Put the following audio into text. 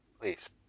Please